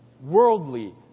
Worldly